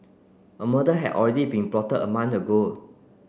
a murder had already been plotted a month ago